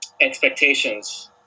expectations